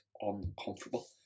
uncomfortable